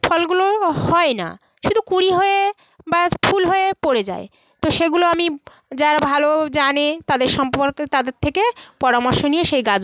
ফলগুলো হয় না শুধু কুঁড়ি হয়ে ব্যাস ফুল হয়ে পড়ে যায় তো সেগুলো আমি যারা ভালো জানে তাদের সম্পর্কে তাদের থেকে পরামর্শ নিয়ে সেই গাছগুলো আমি করি